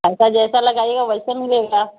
پیسہ جیسا لگائیے گا ویسے ملے گا